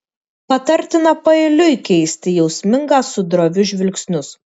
patartina paeiliui keisti jausmingą su droviu žvilgsnius